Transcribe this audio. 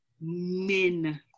men